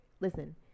Listen